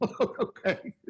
Okay